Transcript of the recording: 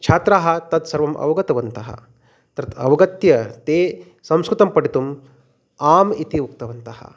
छात्राः तत्सर्वम् अवगतवन्तः तत् अवगत्य ते संस्कृतं पठितुम् आम् इति उक्तवन्तः